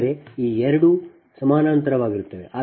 ಅಂದರೆ ಈ ಎರಡು ಸಮಾನಾಂತರವಾಗಿರುತ್ತವೆ